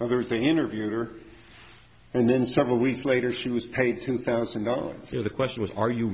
others they interviewed her and then several weeks later she was paid two thousand dollars you know the question was ar